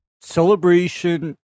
Celebration